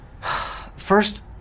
First